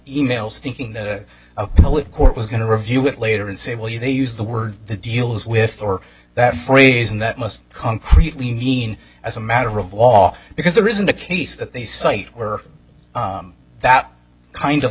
e mails thinking that appellate court was going to review it later and say well you they use the word that deals with or that phrase and that must concretely mean as a matter of law because there isn't a case that they cite where that kind of